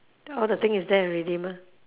all the thing is there already mah